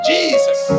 Jesus